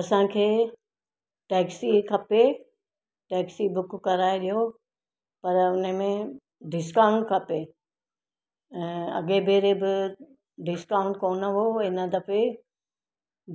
असांखे टैक्सी खपे taxi book कराए ॾियो पर उनमें डिस्काउंट खपे ऐं अॻिए भेरे बि डिस्काउंट कोन हुओ हिन दफ़े